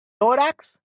tórax